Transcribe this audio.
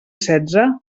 setze